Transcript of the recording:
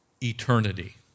eternity